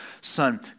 son